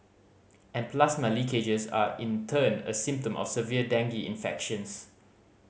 and plasma leakages are in turn a symptom of severe dengue infections